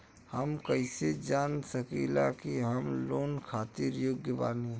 हम कईसे जान सकिला कि हम लोन खातिर योग्य बानी?